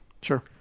Sure